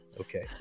Okay